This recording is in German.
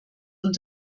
und